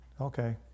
Okay